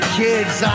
kids